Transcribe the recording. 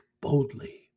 boldly